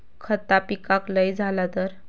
खता पिकाक लय झाला तर?